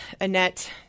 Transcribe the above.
annette